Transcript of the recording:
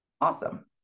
Awesome